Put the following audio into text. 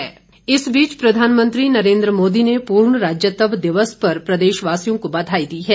बधाई इस बीच प्रधानमंत्री नरेन्द्र मोदी ने पूर्ण राज्यत्व दिवस पर प्रदेशवासियों को बधाई दी है